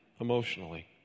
emotionally